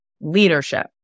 leadership